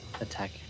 attack